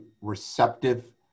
receptive